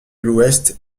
l’ouest